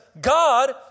God